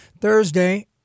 Thursday